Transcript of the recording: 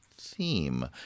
Theme